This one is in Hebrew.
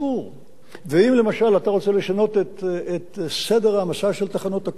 ואם למשל אתה רוצה לשנות את סדר ההעמסה של תחנות הכוח בחברת החשמל,